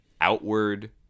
outward